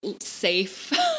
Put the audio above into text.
safe